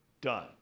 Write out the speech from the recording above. done